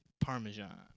Parmesan